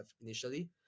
initially